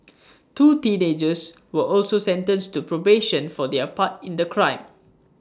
two teenagers were also sentenced to probation for their part in the crime